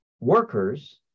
workers